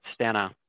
Stena